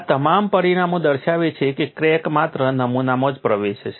આ તમામ પરિણામો દર્શાવે છે કે ક્રેક માત્ર નમૂનામાં જ પ્રવેશશે